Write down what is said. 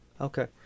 Okay